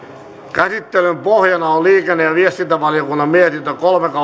käsittelyn pohjana on liikenne ja viestintävaliokunnan mietintö kolme